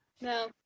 No